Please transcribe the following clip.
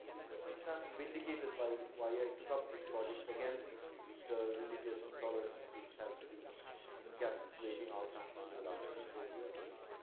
the sense i'm vindicated by why i took up this project against the religious intolerance which has been encapsulating our country for the last three, four years,